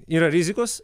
yra rizikos